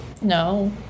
No